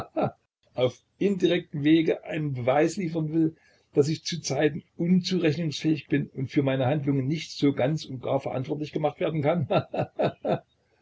auf indirektem wege einen beweis liefern will daß ich zu zeiten unzurechnungsfähig bin und für meine handlung nicht so ganz und gar verantwortlich gemacht werden kann